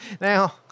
Now